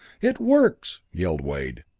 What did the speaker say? it works! yelled wade.